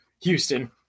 Houston